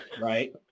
right